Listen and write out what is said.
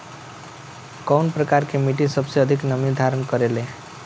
कउन प्रकार के मिट्टी सबसे अधिक नमी धारण करे ले?